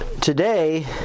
today